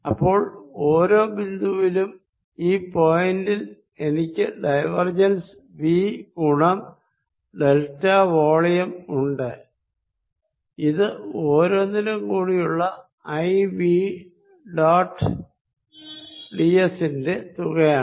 അപ്പോൾ ഓരോ പോയിന്റിലും ഈ പോയിന്റിൽ എനിക്ക് ഡൈവർജൻസ് വി ഗുണം ഡെൽറ്റാ വോളിയം ഉണ്ട് ഇത് ഓരോന്നിലും കൂടിയുള്ള ഐവി ഡോട്ട് ഡിഎസ് ന്റെ തുകയാണ്